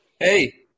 Hey